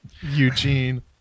Eugene